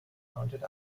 mounted